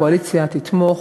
הקואליציה תתמוך,